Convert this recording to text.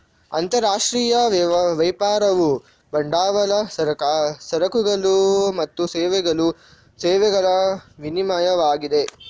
ಅಂತರರಾಷ್ಟ್ರೀಯ ವ್ಯಾಪಾರವು ಬಂಡವಾಳ, ಸರಕುಗಳು ಮತ್ತು ಸೇವೆಗಳ ವಿನಿಮಯವಾಗಿದೆ